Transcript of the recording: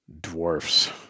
dwarfs